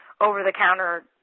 over-the-counter